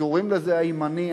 קוראים לזה הימני,